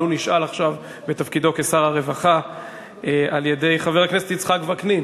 אבל הוא נשאל עכשיו בתפקידו כשר הרווחה על-ידי חבר הכנסת יצחק וקנין.